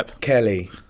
Kelly